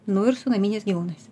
nu ir su naminiais gyvūnais